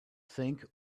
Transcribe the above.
think